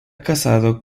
casado